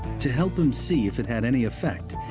to help him see if it had any effect,